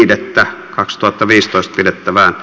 keskustelua ei syntynyt